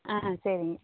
ஆ சரிங்க